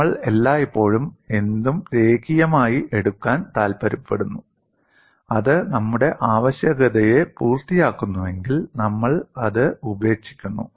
നമ്മൾ എല്ലായ്പ്പോഴും എന്തും രേഖീയമായി എടുക്കാൻ താൽപ്പര്യപ്പെടുന്നു അത് നമ്മുടെ ആവശ്യകതയെ പൂർത്തിയാക്കുന്നുവെങ്കിൽ നമ്മൾ അത് ഉപേക്ഷിക്കുന്നു